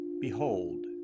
Behold